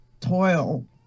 toil